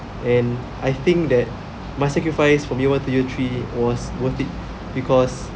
and I think that my sacrifice from year one to year three was worth it because